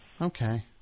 Okay